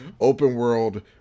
open-world